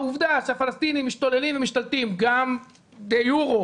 העובדה שהפלסטינים משתוללים ומשתלטים גם ביורו